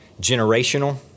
generational